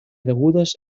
degudes